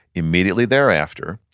immediately thereafter,